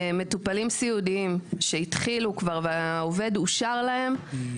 מטופלים סיעודיים שהתחילו כבר והעובד אושר להם, הם